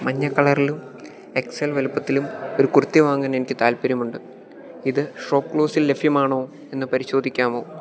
മഞ്ഞ കളറിലും X L വലുപ്പത്തിലും ഒരു കുർത്തി വാങ്ങാനെനിക്ക് താൽപ്പര്യമുണ്ട് ഇത് ഷോപ്പ്ക്ലൂസിൽ ലഭ്യമാണോ എന്ന് പരിശോധിക്കാമോ